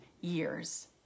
years